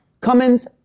Cummins